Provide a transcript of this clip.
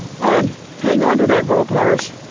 and hang on to that rope, lerrys!